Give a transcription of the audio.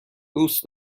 دوست